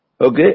Okay